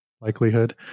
likelihood